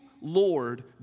Lord